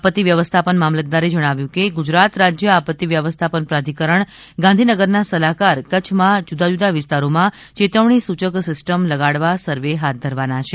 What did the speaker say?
આપત્તિ વ્યવસ્થાપન મામલતદારે જણાવ્યું કે ગુજરાત રાજ્ય આપત્તિ વ્યવસ્થાપન પ્રાધિકરણ ગાંધીનગરના સલાહકાર કચ્છમાં જુદાં જુદાં વિસ્તારોમાં ચેતવણી સૂચક સિસ્ટમ લગાડવા સર્વે હાથ ધરવાના છે